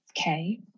Okay